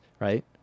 Right